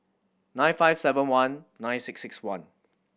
nine five seven one nine six six one